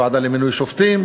בוועדה למינוי שופטים,